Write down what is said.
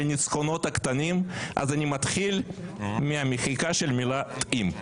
הניצחונות הקטנים אז אני מתחיל מהמחיקה של המילה 'אם'.